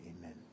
amen